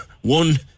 one